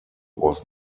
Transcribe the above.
was